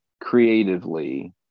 creatively